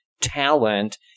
talent